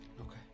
Okay